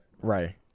Right